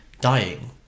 dying